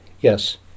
Yes